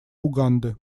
уганды